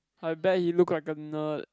I bet he look like a nerd